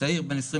צעיר בן 26,